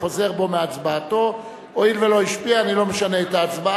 חבר הכנסת ניצן הורוביץ יעלה ויבוא לנמק את הצעת